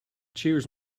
cheers